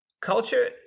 Culture